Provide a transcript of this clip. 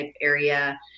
area